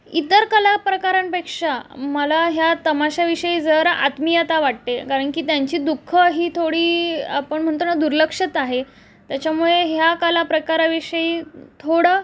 इतर कला प्रकारांपेक्षा मला ह्या तमाशाविषयी जर आत्मियता वाटते कारण की त्यांची दुःखं ही थोडी आपण म्हणतो ना दुर्लक्षत आहे त्याच्यामुळे ह्या कला प्रकाराविषयी थोडं